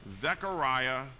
Zechariah